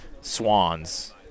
swans